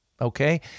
okay